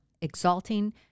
exalting